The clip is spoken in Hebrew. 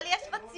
אבל יש רציונל.